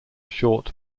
short